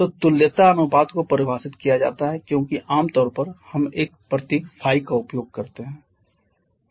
तो तुल्यता अनुपात को परिभाषित किया जाता है क्योंकि आमतौर पर हम एक प्रतीक ϕ का उपयोग करते हैं